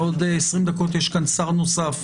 בעוד 20 דקות יש כאן שר נוסף,